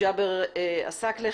ג'אבר עסאקלה,